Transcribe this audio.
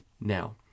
Now